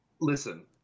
listen